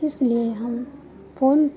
इसलिए हम फ़ोन